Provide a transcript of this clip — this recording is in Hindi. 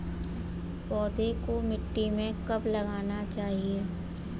पौधे को मिट्टी में कब लगाना चाहिए?